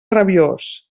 rabiós